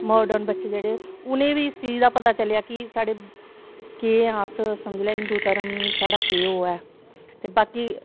modern बच्चे जेह्ड़े उनें बी इस चीज़ दा पता चलेआ कि साढ़े केह् अस समझी लै हिन्दु धर्म साढ़े जे ओ ऐ ते बाकी